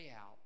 out